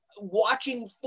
watching